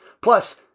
Plus